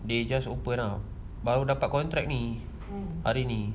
they just opened up baru dapat contract ini hari ini